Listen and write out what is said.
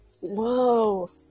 Whoa